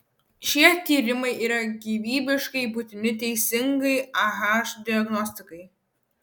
šie tyrimai yra gyvybiškai būtini teisingai ah diagnostikai